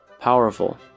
Powerful